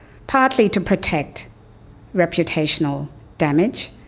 partly to protect reputational damage.